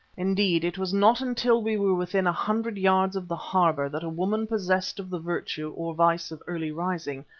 indeed it was not until we were within a hundred yards of the harbour that a woman possessed of the virtue, or vice, of early rising,